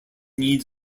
needs